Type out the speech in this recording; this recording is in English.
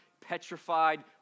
petrified